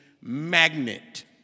magnet